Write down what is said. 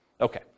Okay